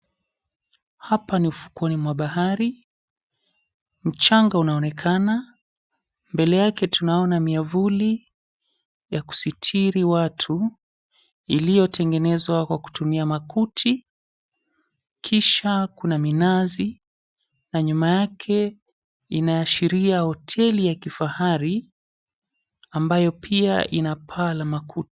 Hapa ni ufukweni mwa bahari. Mchanga unaonekana. Mbele yake tunaona miavuli ya kusitiri watu iliyotengenezwa kwa kutumia makuti kisha kuna minazi na nyuma yake inaashiria hoteli ya kifahari ambayo pia ina paa la makuti.